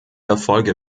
erfolge